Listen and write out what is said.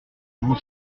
vous